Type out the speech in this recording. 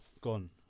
gone